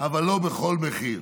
אבל לא בכל מחיר.